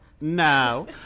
No